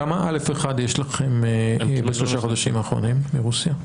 כמה א'1 יש לכם בשלושה חודשים האחרונים מרוסיה?